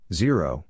zero